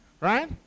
Right